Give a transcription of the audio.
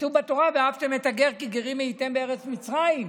כתוב בתורה: "ואהבתם את הגר כי גרים הייתם בארץ מצרים".